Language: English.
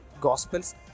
Gospels